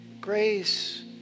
grace